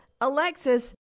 Alexis